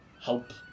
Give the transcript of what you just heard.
help